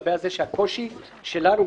שהקושי שלנו,